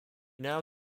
now